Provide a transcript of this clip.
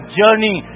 journey